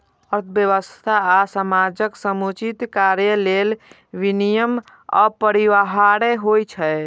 अर्थव्यवस्था आ समाजक समुचित कार्य लेल विनियम अपरिहार्य होइ छै